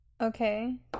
Okay